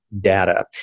data